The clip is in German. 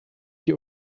die